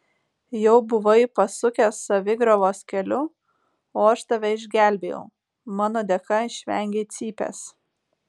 jau buvai pasukęs savigriovos keliu o aš tave išgelbėjau mano dėka išvengei cypės